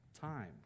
time